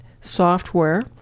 software